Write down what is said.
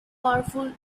powerful